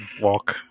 walk